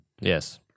Yes